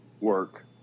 work